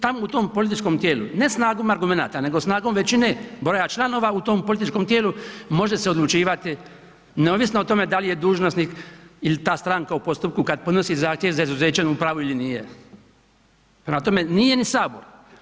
Tamo u tom političkom tijelu ne snagom argumenata nego snagom većine broja članova u tom političkom tijelu može se odlučivati neovisno o tome da li je dužnosnik ili ta stranka u postupku kada podnosi zahtjev za izuzećem u pravu ili nije, prema tome nije ni Sabor.